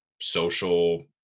social